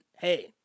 hey